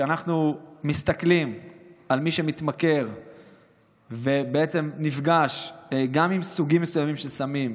כשאנחנו מסתכלים על מי שמתמכר ובעצם נפגש גם עם סוגים מסוימים של סמים,